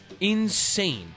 Insane